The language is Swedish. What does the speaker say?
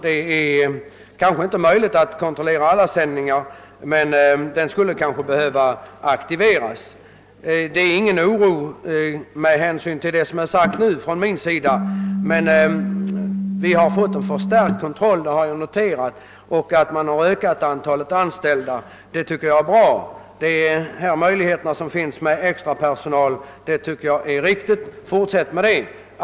Det är kanske inte möjligt att kontrollera alla sändningar, men jag finner att dessa stickprovsundersökningar borde aktiveras ytterligare. Vad jag sagt nu innebär inte att jag hyser någon speciellt stor oro — jag hör här att vi har fått en förstärkt kontroll och jag anser att det är förträffligt att antalet anställda för denna uppgifts fullgörande har ökat. Det är riktigt att utnyttja de möjligheter som finns att anskaffa extra personal, anser jag. Fortsätt med det!